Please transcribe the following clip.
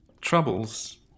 Troubles